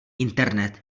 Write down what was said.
internet